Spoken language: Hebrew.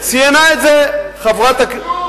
ציינה את זה חברת הכנסת,